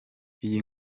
iyi